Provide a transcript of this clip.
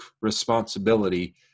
responsibility